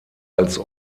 als